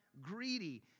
greedy